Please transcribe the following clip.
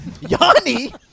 Yanni